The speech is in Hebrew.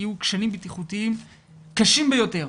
יהיו כשלים בטיחותיים קשים ביותר.